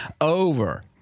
over